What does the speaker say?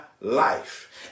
life